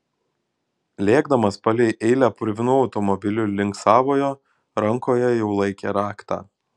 lėkdamas palei eilę purvinų automobilių link savojo rankoje jau laikė raktą